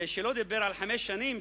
שלא דיבר על חמש שנים,